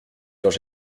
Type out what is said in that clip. quand